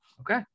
Okay